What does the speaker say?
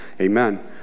amen